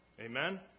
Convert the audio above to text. Amen